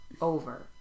over